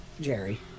Jerry